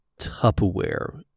Tupperware